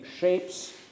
shapes